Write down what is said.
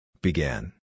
Began